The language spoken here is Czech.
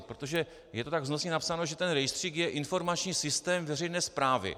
Protože je to tak vznosně napsáno, že ten rejstřík je informační systém veřejné správy.